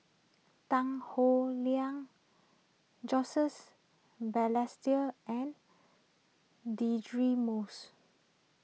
Tan Howe Liang Balestier and Deirdre Moss